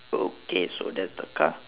okay so that's the car